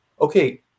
okay